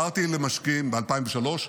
אמרתי למשקיעים ב-2003,